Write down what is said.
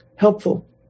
helpful